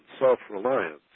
self-reliance